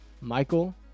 Michael